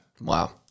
Wow